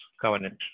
covenant